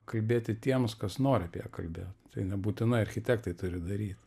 kalbėti tiems kas nori apie ją kalbėt tai nebūtinai architektai turi daryt